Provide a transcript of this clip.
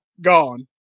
gone